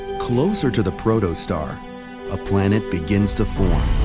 closer to the protostar a planet begins to form.